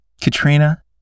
Katrina